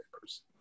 person